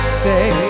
say